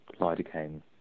lidocaine